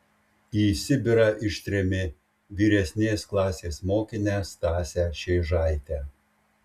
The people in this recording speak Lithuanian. į sibirą ištrėmė vyresnės klasės mokinę stasę šėžaitę